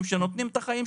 אין יד מכוונת,